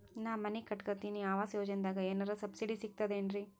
ನಾ ಮನಿ ಕಟಕತಿನಿ ಆವಾಸ್ ಯೋಜನದಾಗ ಏನರ ಸಬ್ಸಿಡಿ ಸಿಗ್ತದೇನ್ರಿ?